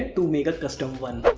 to make a custom one.